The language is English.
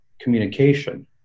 communication